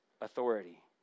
authority